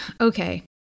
Okay